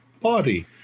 body